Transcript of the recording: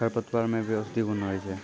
खरपतवार मे भी औषद्धि गुण होय छै